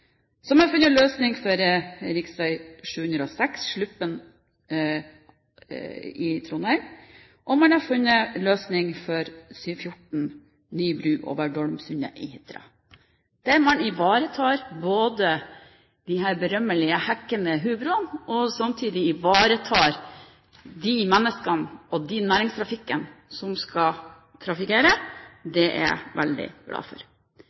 Så har man funnet en løsning for rv. 706 Sluppen i Trondheim, og man har funnet en løsning for rv. 714 – ny bru over Dolmsundet i Hitra kommune – der man ivaretar både de berømmelige hekkende hubroene og de menneskene og den næringstrafikken som skal trafikkere. Det er jeg veldig glad for.